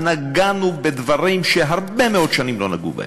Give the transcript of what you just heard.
נגענו בדברים שהרבה מאוד שנים לא נגעו בהם.